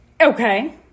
Okay